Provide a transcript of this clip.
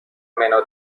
منو